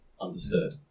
understood